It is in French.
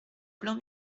blanc